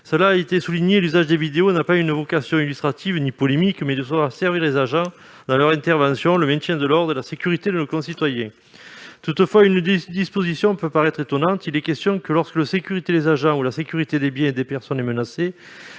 Cela a été souligné, l'usage des vidéos n'a pas une vocation illustrative ni polémique, mais doit servir les agents dans leurs interventions, le maintien de l'ordre et la sécurité de nos concitoyens. Toutefois, une disposition peut paraître étonnante : il est question que, lorsque la sécurité des agents ou celle des biens et des personnes est menacée,